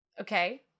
Okay